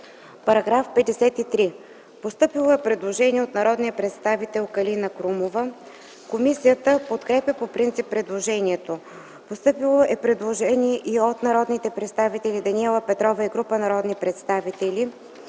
По § 53 е постъпило предложение от народния представител Калина Крумова. Комисията подкрепя по принцип предложението. Постъпило е предложение от народния представител Даниела Петрова и група народни представители.